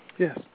Yes